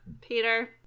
Peter